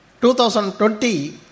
2020